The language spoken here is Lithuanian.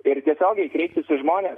ir tiesiogiai kreiptis į žmones